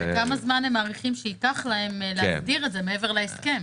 וכמה זמן הם מעריכים שייקח להם להסדיר את זה מעבר להסכם.